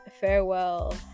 farewell